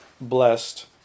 blessed